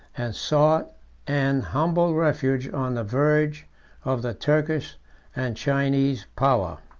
and sought an humble refuge on the verge of the turkish and chinese power.